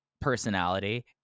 personality